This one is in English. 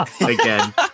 again